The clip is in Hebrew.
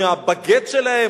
או מהבאגט שלהם,